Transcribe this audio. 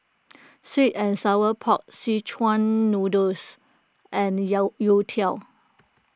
Sweet and Sour Pork Szechuan Noodles and Youtiao